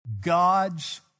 God's